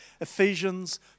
Ephesians